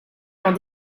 dans